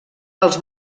els